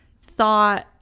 thought